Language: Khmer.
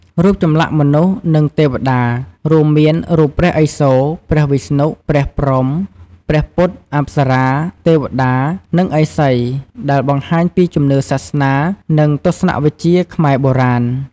រូបចម្លាក់មនុស្ស និងទេពតា រួមមានរូបព្រះឥសូរ ព្រះវិស្ណុ ព្រះព្រហ្ម ព្រះពុទ្ធ អប្សរា ទេវតា និងឥសី ដែលបង្ហាញពីជំនឿសាសនា និងទស្សនវិជ្ជាខ្មែរបុរាណ។